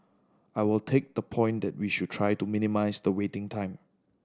I will take the point that we should try to minimise the waiting time